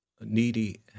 needy